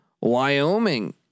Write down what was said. Wyoming